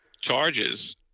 charges